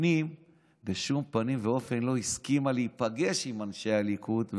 הפנים בשום פנים ואופן לא הסכימה להיפגש עם אנשי הליכוד,